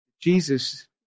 Jesus